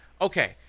okay